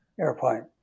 airplane